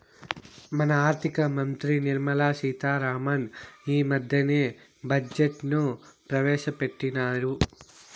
మన ఆర్థిక మంత్రి నిర్మలా సీతా రామన్ ఈ మద్దెనే బడ్జెట్ ను ప్రవేశపెట్టిన్నారు